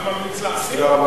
אתה ממליץ להסיר?